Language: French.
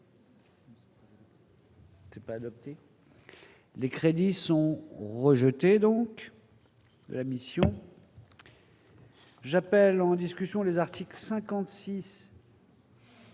C'est pas adopté les crédits sont rejetés, donc la mission. J'appelle en discussion : les articles 56.